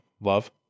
love